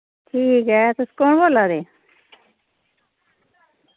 ठीक ऐ तुस कु'न बोल्ला दे